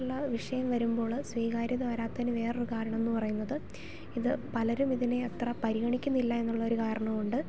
വാർത്താ താരങ്ങളുമായിട്ടുള്ള വിഷയം വരുമ്പോൾ സ്വീകാര്യത വരാത്തതിന് വേറെ ഒരു കാരണം എന്ന് പറയുന്നത് ഇത് പലരും ഇതിനെ അത്ര പരിഗണിക്കുന്നില്ല എന്നുള്ള ഒരു കാരണം ഉണ്ട്